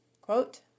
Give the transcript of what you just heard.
quote